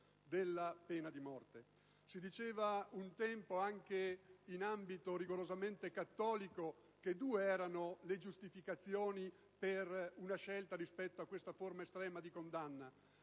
della pena di morte. Si diceva un tempo, in ambito rigorosamente cattolico, che due erano le giustificazioni per questa forma estrema di condanna: